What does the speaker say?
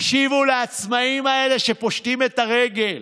תקשיבו לעצמאים האלה שפושטים את הרגל.